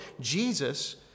Jesus